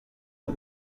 her